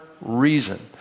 reason